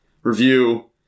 review